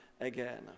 again